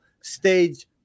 stage